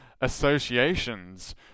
associations